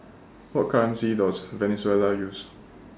What currency Does Venezuela use